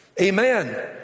amen